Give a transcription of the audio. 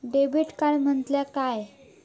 Debit card म्हटल्या काय?